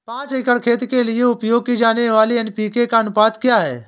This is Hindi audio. पाँच एकड़ खेत के लिए उपयोग की जाने वाली एन.पी.के का अनुपात क्या है?